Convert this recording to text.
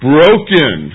Broken